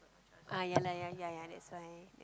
ah ya lah ya ya that's why